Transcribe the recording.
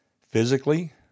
Physically